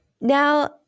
Now